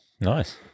Nice